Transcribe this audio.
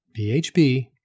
BHB